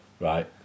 right